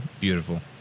Beautiful